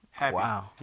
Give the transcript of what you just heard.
Wow